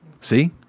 See